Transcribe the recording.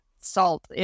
salt